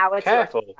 careful